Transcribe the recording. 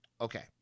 okay